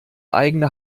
eigene